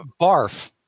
barf